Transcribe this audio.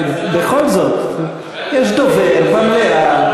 אבל בכל זאת יש דובר במליאה,